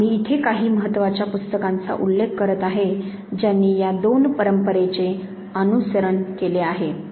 पुन्हा मी इथे काही महत्त्वाच्या पुस्तकांचा उल्लेख करीत आहे ज्यांनी या दोन परंपरेचे अनुसरण केले आहे